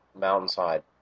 mountainside